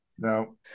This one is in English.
No